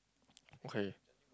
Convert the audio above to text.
okay